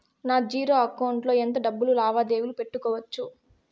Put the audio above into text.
నా zero account లో ఎంత డబ్బులు లావాదేవీలు పెట్టుకోవచ్చు?